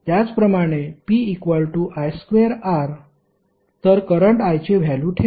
त्याचप्रमाणे pi2R तर current i ची व्हॅल्यु ठेवा